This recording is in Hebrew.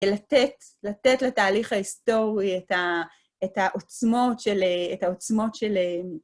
לתת לתהליך ההיסטורי את העוצמות של...